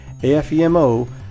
AFEMO